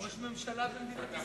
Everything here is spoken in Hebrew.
ראש ממשלה במדינת ישראל.